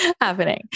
happening